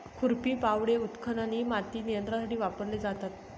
खुरपी, फावडे, उत्खनन इ माती नियंत्रणासाठी वापरले जातात